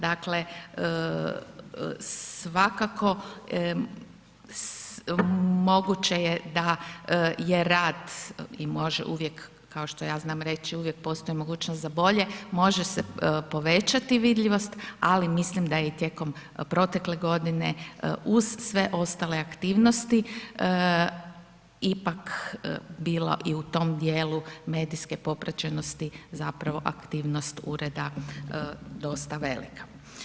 Dakle, svakako moguće je da je rad i može uvijek, kao što ja znam reći, uvijek postoji mogućnost za bolje, može se povećati vidljivost, ali mislim da je i tijekom protekle godine uz sve ostale aktivnosti ipak bila i u tom dijelu medijske popraćenosti zapravo aktivnost ureda dosta velika.